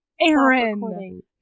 Aaron